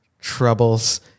troubles